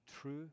true